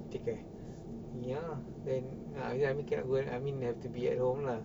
take care ya then ya lah then amin have to be at home lah